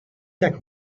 deck